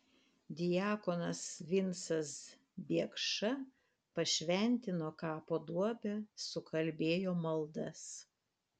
diakonas vincas biekša pašventino kapo duobę sukalbėjo maldas